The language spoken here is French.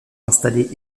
installées